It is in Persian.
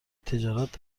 تجارت